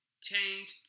changed